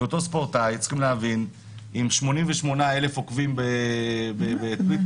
אותו ספורטאי עם 88 אלף עוקבים באינסטגרם